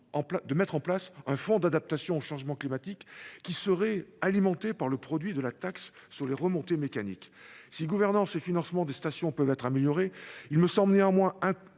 de mettre en place un fonds d’adaptation au changement climatique qui serait alimenté par le produit de la taxe sur les remontées mécaniques. Si gouvernance et financement des stations peuvent être améliorés, il me semble néanmoins important